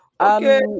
Okay